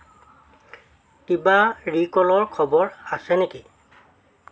কিবা ৰিকলৰ খবৰ আছে নেকি